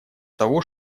того